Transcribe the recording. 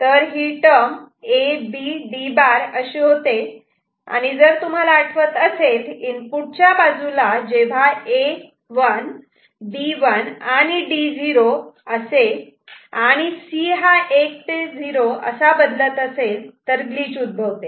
तर ही term A B D' अशी होते आणि जर तुम्हाला आठवत असेल इनपुट च्या बाजूला जेव्हा A 1 B 1 D 0 असे आणि C हा 1 ते 0 असा बदलत असेल तर ग्लिच उद्भवते